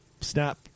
Snap